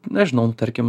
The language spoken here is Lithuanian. nežinau tarkim